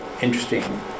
interesting